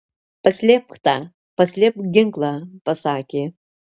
paslėpk tą paslėpk ginklą pasakė